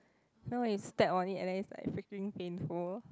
you know when you step on it and then it's like freaking painful